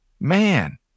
Man